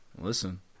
Listen